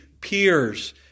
peers